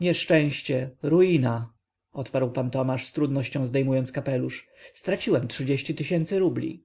nieszczęście ruina odparł pan tomasz z trudnością zdejmując kapelusz straciłem trzydzieści tysięcy rubli